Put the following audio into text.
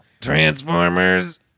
Transformers